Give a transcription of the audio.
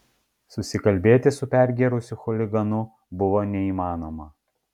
susikalbėti su pergėrusiu chuliganu buvo neįmanoma